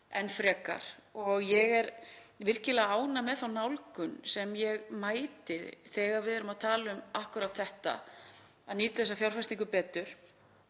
enn betur og ég er virkilega ánægð með þá nálgun sem ég mæti þegar við erum að tala um akkúrat þetta, að nýta þessa fjárfestingu betur.